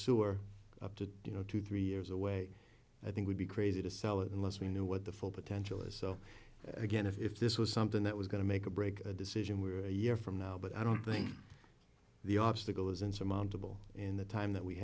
sure up to you know two three years away i think would be crazy to sell it unless we knew what the full potential is so again if this was something that was going to make or break a decision we were a year from now but i don't think the obstacle is insurmountable in the time that we